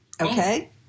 Okay